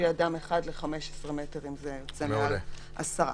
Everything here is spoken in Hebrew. לאדם אחד ל-15 מטר אם זה מעל עשרה.